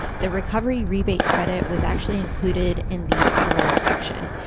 the recovery rebate credit was actually included in the federal section,